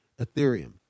Ethereum